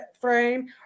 frame